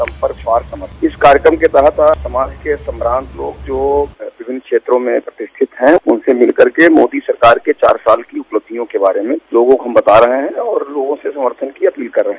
संपर्क फॉर समर्थन इस कार्यक्रम के तहत समाज के सम्भान्त लोग जो विभिन्न क्षेत्रो में प्रतिष्ठित हैं उनसे मिल करके मोदी सरकार के चार साल की उपलब्धियों के बारे में लोगों को हम बता रहे हैं और लोगों से समर्थन की अपील करी रहे हैं